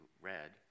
read